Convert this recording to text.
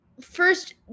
First